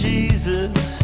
Jesus